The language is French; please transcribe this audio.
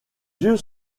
yeux